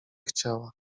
chciała